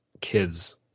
kids